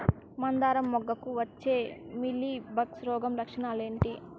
మందారం మొగ్గకు వచ్చే మీలీ బగ్స్ రోగం లక్షణాలు ఏంటి?